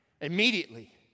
immediately